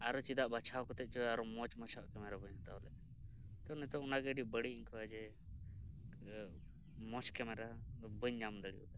ᱟᱨᱦᱚ ᱪᱮᱫᱟᱜ ᱵᱟᱪᱷᱟᱣ ᱠᱟᱛᱮᱫ ᱪᱚ ᱟᱨ ᱦᱚᱸ ᱢᱟᱪᱷᱟ ᱢᱟᱪᱷᱟ ᱠᱮᱢᱮᱨᱟ ᱵᱟᱹᱧ ᱦᱟᱛᱟᱣ ᱞᱮᱫᱟ ᱛᱚ ᱱᱤᱛᱚᱜ ᱚᱱᱟ ᱜᱮ ᱱᱤᱛᱳᱜ ᱟᱹᱰᱤ ᱵᱟᱹᱲᱤᱡ ᱤᱧ ᱟᱹᱭᱠᱟᱹᱣᱟ ᱡᱮ ᱢᱚᱸᱡᱽ ᱠᱮᱢᱮᱨᱟ ᱫᱚ ᱵᱟᱹᱧ ᱧᱟᱢ ᱫᱟᱲᱮᱭᱟᱫᱟ